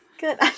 Good